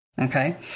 Okay